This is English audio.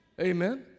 Amen